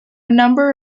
number